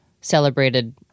celebrated